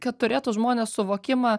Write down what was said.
kad turėtų žmonės suvokimą